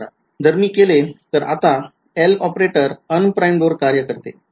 जर मी केले तर आता एल ऑपरेटर unprimed वर कार्य करते